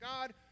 God